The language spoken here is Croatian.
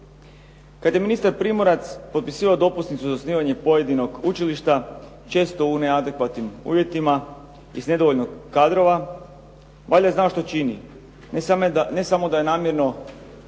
Kad je ministar Primorac potpisivao dopusnicu za osnivanje pojedinog učilišta, često u neadekvatnim uvjetima i s nedovoljno kadrova, valjda je znao što čini. Ne samo da je namjerno urušio